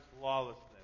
lawlessness